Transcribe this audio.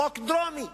חוק דרומי.